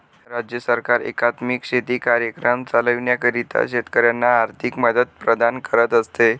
राज्य सरकार एकात्मिक शेती कार्यक्रम चालविण्याकरिता शेतकऱ्यांना आर्थिक मदत प्रदान करत असते